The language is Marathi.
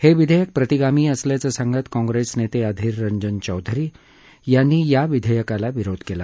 हे विधेयक प्रतिगामी असल्याचं सांगत काँप्रेस नेते अधिर रंजन चौधरी यांनी या विधेयकाला विरोध केला